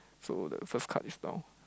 so the first card is down